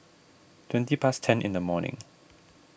twenty past ten in the morning